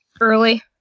Early